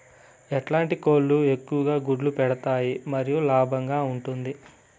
ఎట్లాంటి కోళ్ళు ఎక్కువగా గుడ్లు పెడతాయి మరియు లాభంగా ఉంటుంది?